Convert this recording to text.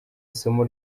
isomo